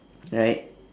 right